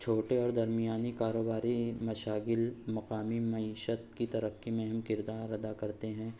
چھوٹے اور درمیانی کاروباری مشاغل مقامی معیشت کی ترقی میں اہم کردار ادا کرتے ہیں